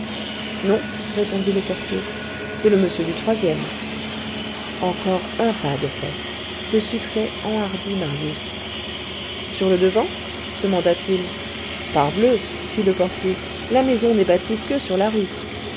non répondit le portier c'est le monsieur du troisième encore un pas de fait ce succès enhardit marius sur le devant demanda-t-il parbleu fit le portier la maison n'est bâtie que sur la rue